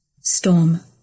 Storm